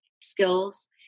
skills